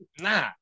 Nah